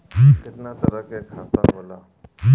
केतना तरह के खाता होला?